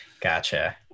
Gotcha